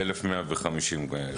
1,150 אירועי ירי.